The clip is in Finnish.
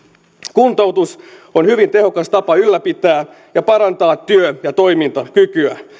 kuntoutus on hyvin tehokas tapa ylläpitää ja parantaa työ ja toimintakykyä